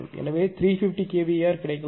எனவே 350 kVAr கிடைக்கலாம்